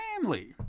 family